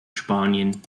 spanien